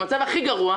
המצב הכי גרוע,